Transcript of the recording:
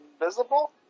visible